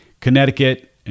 Connecticut